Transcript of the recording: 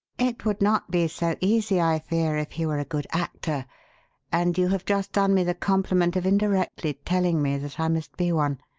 it would not be so easy, i fear, if he were a good actor and you have just done me the compliment of indirectly telling me that i must be one.